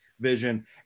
vision